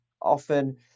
often